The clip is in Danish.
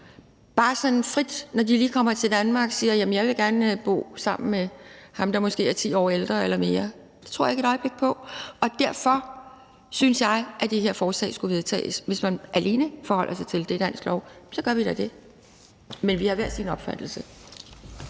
bare sådan frit, når de lige kommer til Danmark, siger, at jamen jeg vil gerne bo sammen med ham, der måske er 10 år ældre eller mere. Det tror jeg ikke et øjeblik på. Derfor synes jeg, at det her forslag skulle vedtages. Hvis man alene forholder sig til, at det er dansk lov, så gør vi da det. Men vi har hver vores opfattelse.